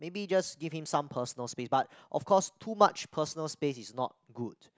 maybe just give him some personal space but of course too much personal space is not good